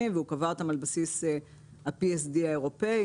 והוא קבע אותם על בסיס ה-PSD האירופאי.